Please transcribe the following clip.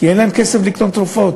כי אין להם כסף לקנות תרופות.